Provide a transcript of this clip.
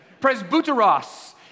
presbuteros